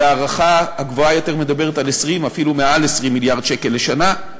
וההערכה הגבוהה יותר מדברת על 20 ואפילו על מעל 20 מיליארד שקל לשנה.